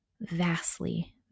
vastly